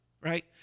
right